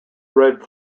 red